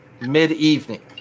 mid-evening